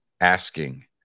asking